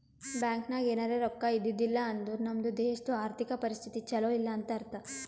bank ನಾಗ್ ಎನಾರೇ ರೊಕ್ಕಾ ಇದ್ದಿದ್ದಿಲ್ಲ ಅಂದುರ್ ನಮ್ದು ದೇಶದು ಆರ್ಥಿಕ್ ಪರಿಸ್ಥಿತಿ ಛಲೋ ಇಲ್ಲ ಅಂತ ಅರ್ಥ